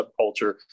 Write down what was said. subculture